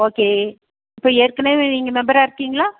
okay இப்போ ஏற்கனவே நீங்கள் மெம்பராக இருக்கீங்களா